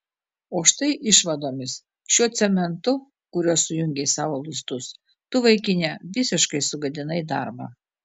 o štai išvadomis šiuo cementu kuriuo sujungei savo luistus tu vaikine visiškai sugadinai darbą